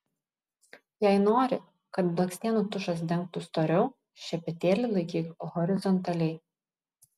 jei nori kad blakstienų tušas dengtų storiau šepetėlį laikyk horizontaliai